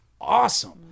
awesome